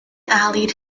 allied